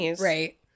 Right